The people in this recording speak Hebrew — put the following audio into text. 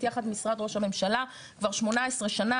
יחד עם משרד ראש הממשלה כבר 18 שנה.